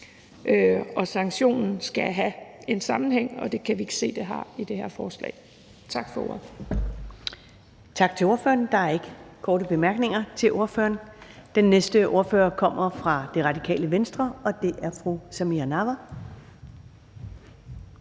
og sanktionen skal have en sammenhæng, og det kan vi ikke se det har i det her forslag. Tak for ordet. Kl. 15:21 Første næstformand (Karen Ellemann): Tak til ordføreren. Der er ikke korte bemærkninger til ordføreren. Den næste ordfører kommer fra Radikale Venstre, og det er fru Samira Nawa.